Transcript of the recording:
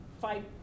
fight